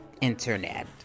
internet